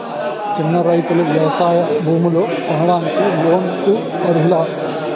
చిన్న రైతులు వ్యవసాయ భూములు కొనడానికి లోన్ లకు అర్హులా?